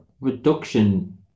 reduction